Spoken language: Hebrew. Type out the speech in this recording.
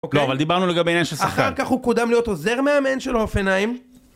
לא, אבל דיברנו לגבי עניין של שכר. אחר כך הוא קודם להיות עוזר מאמן של אופנהיים.